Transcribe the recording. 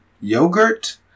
yogurt